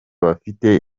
bafite